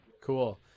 Cool